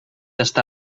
està